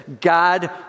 God